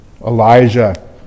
Elijah